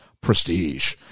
prestige